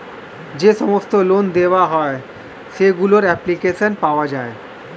যে সমস্ত লোন দেওয়া হয় সেগুলোর অ্যাপ্লিকেশন পাওয়া যায়